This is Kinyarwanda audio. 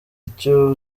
icyo